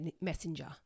Messenger